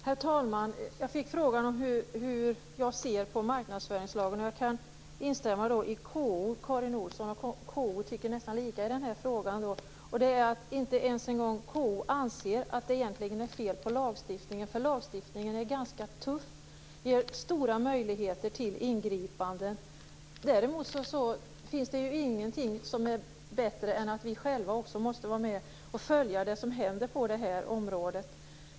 Herr talman! Jag fick frågan hur jag ser på marknadsföringslagen. Jag kan instämma med KO, som tycker nästan samma som jag i detta avseende. Inte ens KO anser att det egentligen är fel på lagstiftningen, som är ganska tuff och som ger stora möjligheter till ingripanden. Ingenting är dock bättre än att vi själva är med och följer vad som händer på området.